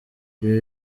ibi